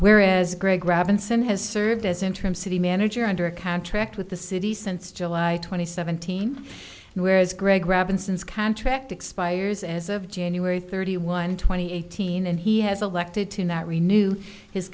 whereas greg robinson has served as interim city manager under contract with the city since july twenty seventeen whereas greg robinson's contract expires as of january thirty one twenty eighteen and he has elected to not renew his